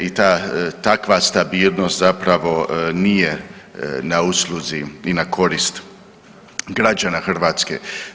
I takva stabilnost zapravo nije na usluzi i na korist građana Hrvatske.